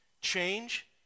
Change